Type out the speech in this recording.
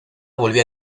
volvió